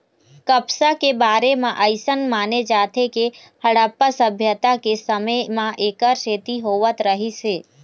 कपसा के बारे म अइसन माने जाथे के हड़प्पा सभ्यता के समे म एखर खेती होवत रहिस हे